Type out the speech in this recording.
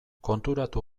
konturatu